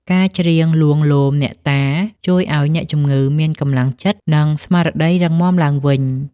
ការច្រៀងលួងលោមអ្នកតា ជួយឱ្យអ្នកជំងឺមានកម្លាំងចិត្ត និងស្មារតីរឹងមាំឡើងវិញ។